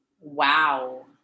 Wow